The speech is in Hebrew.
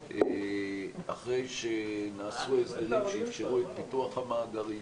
אחרי שנעשו הסדרים שאפשרו את פיתוח המאגרים,